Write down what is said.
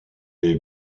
est